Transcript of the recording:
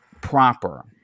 proper